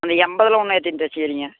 அந்த எண்பதுல இன்னும் எத்தினி தெச்சுக்கிறிங்க